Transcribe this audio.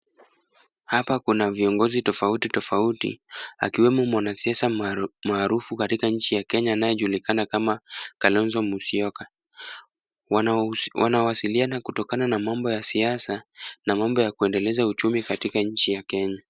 Hapa kuna viongozi tofautitofauti akiwemo mwanasiasa maarufu katika nchi ya Kenya kama Kalonzo musyoka. Wanawasiliana kutokana na mambo ya siasa na mambo ya kuendeleza uchumi katika nchi ya Kenya.